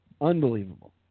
Unbelievable